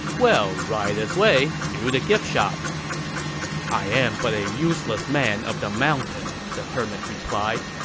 well, right this way, through the gift shop i am but a useless man of the mountain, the hermit replied.